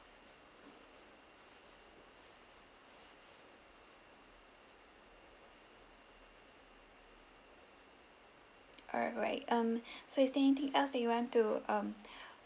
alright um so is there anything else um